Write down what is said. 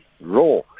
raw